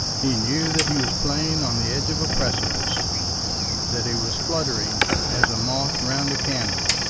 he knew that he was playing on the edge of a precipice that he was fluttering as a moth round a candle.